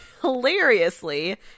hilariously